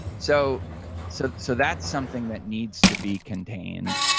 so so so that's something that needs to be contained.